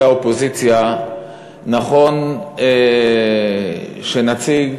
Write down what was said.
שנכון שנציג,